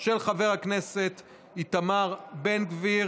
גם היא תועבר לוועדת הכנסת כדי שתקבע באיזו ועדה ימשיכו הליכי